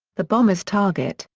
the bombers' target,